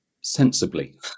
sensibly